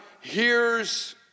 hears